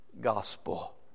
gospel